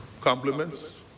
compliments